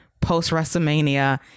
post-WrestleMania